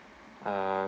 ah